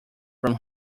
from